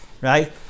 right